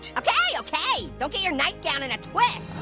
okay, okay. don't get your nightgown in a twist.